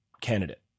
candidate